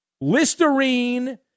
Listerine